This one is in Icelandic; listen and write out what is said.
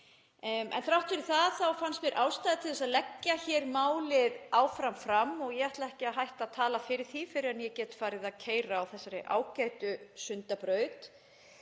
Þrátt fyrir það fannst mér ástæða til þess að leggja málið fram aftur og ég ætla ekki að hætta að tala fyrir því fyrr en ég get farið að keyra á þessari ágætu Sundabraut,